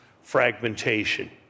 fragmentation